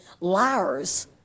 liars